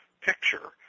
picture